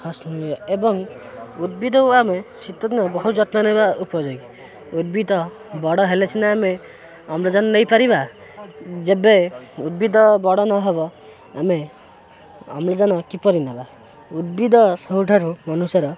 ହସ୍ୱ ଏବଂ ଉଦ୍ଭିଦକୁ ଆମେ ଶୀତଦିନ ବହୁତ ଯତ୍ନ ନେବା ଉପଯୋଗୀ ଉଦ୍ଭିଦ ବଡ଼ ହେଲେ ସିନା ଆମେ ଅମ୍ଳଜାନ ନେଇପାରିବା ଯେବେ ଉଦ୍ଭିଦ ବଡ଼ ନହବ ଆମେ ଅମ୍ଳଜାନ କିପରି ନେବା ଉଦ୍ଭିଦ ସବୁଠାରୁ ମନୁଷ୍ୟର